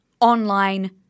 online